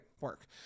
Work